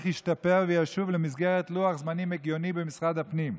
ישתפר וישוב למסגרת לוח זמנים הגיוני במשרד הפנים.